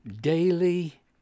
daily